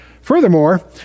Furthermore